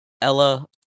Ella